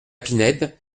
pinède